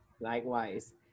Likewise